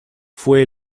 fue